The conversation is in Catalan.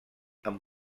amb